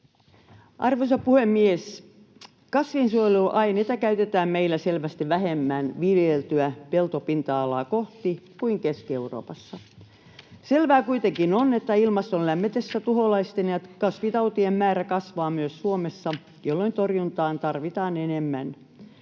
Arvoisa puhemies! Kasvinsuojeluaineita käytetään meillä selvästi vähemmän viljeltyä peltopinta-alaa kohti kuin Keski-Euroopassa. Selvää kuitenkin on, että ilmaston lämmetessä tuholaisten ja kasvitautien määrä kasvaa myös Suomessa, jolloin torjuntaa tarvitaan enemmän.